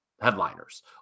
headliners